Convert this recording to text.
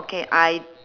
okay I